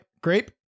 Grape